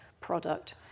product